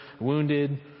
wounded